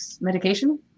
medication